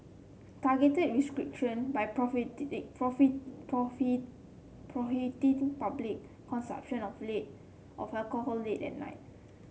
targeted restriction by prohibiting public consumption of of alcohol late at night